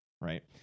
right